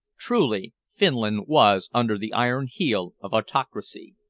truly finland was under the iron-heel of autocracy.